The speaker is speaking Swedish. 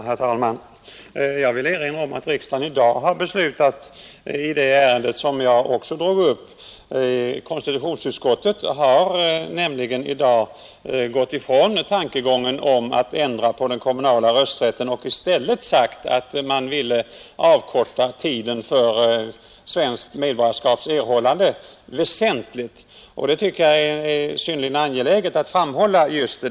Herr talman! Jag vill erinra om att riksdagen i dag har beslutat i det ärende som jag förut berörde. Riksdagen har på konstitutionsutskottets förslag nämligen gått ifrån tanken att ändra på den kommunala rösträtten för invandrare och i stället sagt att man väsentligt vill avkorta tiden för erhållande av svenskt medborgarskap. Det tycker jag är synnerligen angeläget att framhålla.